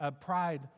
Pride